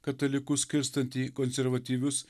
katalikus skirstant į konservatyvius